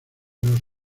los